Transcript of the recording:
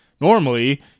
normally